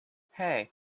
hey